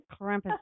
Krampus